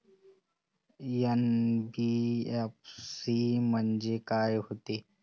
NBFC म्हणजे का होते?